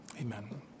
Amen